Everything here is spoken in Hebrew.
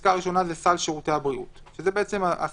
הפסקה הראשונה זה סל שירותי הבריאות הבסיסי